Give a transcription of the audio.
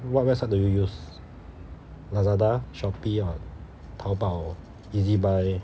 what website did you use lazada shopee ah 淘宝 E_Z buy